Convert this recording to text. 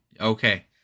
Okay